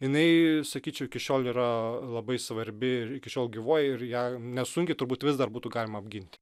jinai sakyčiau iki šiol yra labai svarbi ir iki šiol gyvuoja ir ją nesunkiai turbūt vis dar būtų galima apginti